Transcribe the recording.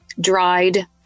dried